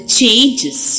changes